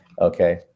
okay